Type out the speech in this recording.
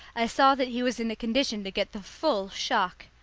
i saw that he was in a condition to get the full shock.